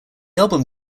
album